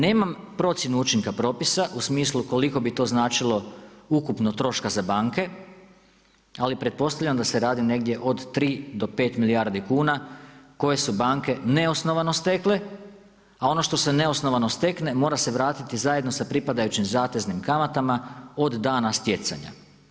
Nemam procjenu učinka propisa u smislu koliko bi to značilo ukupno troška za banke ali pretpostavljam da se radi negdje od 3 do 5 milijardi kuna koje su banke neosnovano stekle a ono što se neosnovano stekne mora se vratiti zajedno sa pripadajućim zateznim kamatama od dana stjecanja.